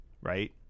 right